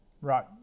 Right